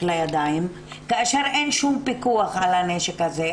לידיים כאשר אין שום פיקוח על הנשק הזה.